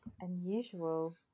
unusual